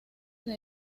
este